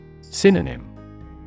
Synonym